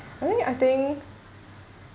only I think